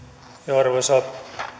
arvoisa